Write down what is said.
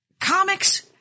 comics